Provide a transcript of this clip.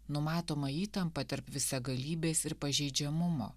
numatoma įtampa tarp visagalybės ir pažeidžiamumo